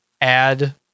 add